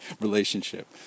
relationship